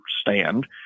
stand